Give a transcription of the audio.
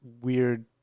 weird